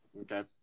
Okay